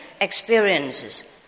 experiences